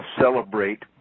Celebrate